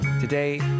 Today